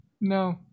No